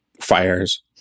fires